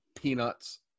peanuts